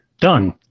done